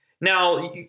Now